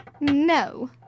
No